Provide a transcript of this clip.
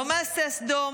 לא מעשה סדום,